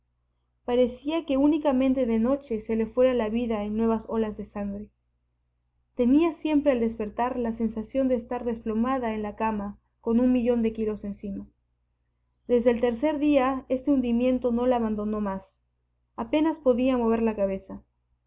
parecía que únicamente de noche se le fuera la vida en nuevas olas de sangre tenía siempre al despertar la sensación de estar desplomada en la cama con un millón de kilos encima desde el tercer día este hundimiento no la abandonó más apenas podía mover la cabeza